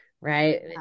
Right